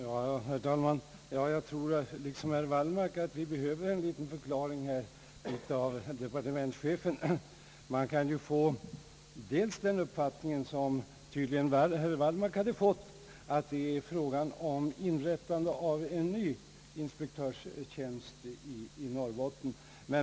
Herr talman! Jag tror liksom herr Wallmark att vi här behöver ytterligare en förklaring från departementschefen. Man kan dels få den uppfattningen, som tydligen herr Wallmark nu hade fått, att det är fråga om inrättande av en ny inspektörstjänst i Norrbotten.